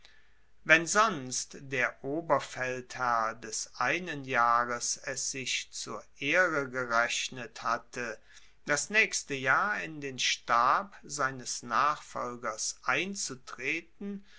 wenn sonst der oberfeldherr des einen jahres es sich zur ehre gerechnet hatte das naechste jahr in den stab seines nachfolgers einzutreten